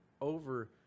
over